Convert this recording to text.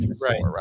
Right